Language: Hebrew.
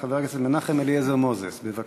חבר הכנסת מנחם אליעזר מוזס, בבקשה.